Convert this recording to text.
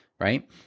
Right